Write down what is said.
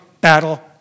battle